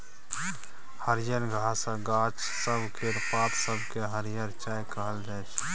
हरियर घास आ गाछ सब केर पात सब केँ हरिहर चारा कहल जाइ छै